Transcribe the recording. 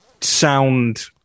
sound